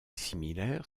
similaire